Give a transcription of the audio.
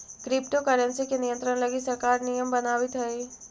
crypto currency के नियंत्रण लगी सरकार नियम बनावित हइ